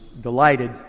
delighted